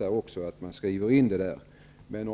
också skriva in det i den.